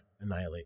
annihilate